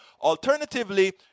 Alternatively